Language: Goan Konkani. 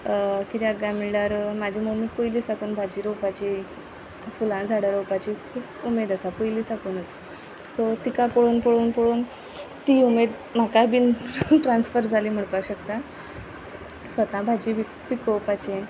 कित्याक काय म्हणल्यार म्हाजी मम्मी पयली साकून भाजी रोवपाची फुलां झाडां रोवपाची खूब उमेद आसा पयली साकूनच सो तिका पळोवन पळोवन पळोवन ती उमेद म्हाकाय बीन ट्रान्सफर जाली म्हणपाक शकता स्वता भाजी पिकोवपाची